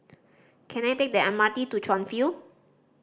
can I take the M R T to Chuan View